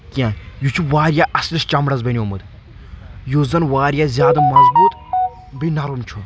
کینٛہہ یہِ چھُ واریاہ اصلِس چمرس بنیٚومُت یُس زن واریاہ زیادٕ مضبوط بییٚہِ نرٕم چھُ